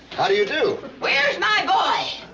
how do you do? where's my boy?